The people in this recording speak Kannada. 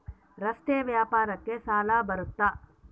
ರಸ್ತೆ ವ್ಯಾಪಾರಕ್ಕ ಸಾಲ ಬರುತ್ತಾ?